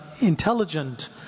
intelligent